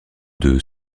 deux